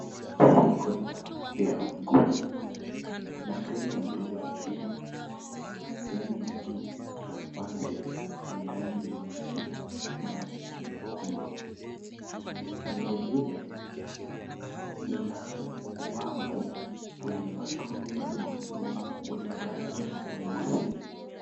Hii ni goli la mpira wa miguu. Ina fremu ya mrija wa chuma, sehemu ya juu na upande yenye rangi nyeusi na nyekundu. Vilevile ina wavu wenye matundu madogo madogo wenye rangi nyeusi.